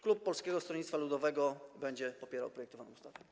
Klub Polskiego Stronnictwa Ludowego będzie popierał projektowaną ustawę.